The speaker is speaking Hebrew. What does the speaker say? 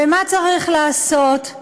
ומה צריך לעשות?